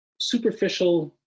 superficial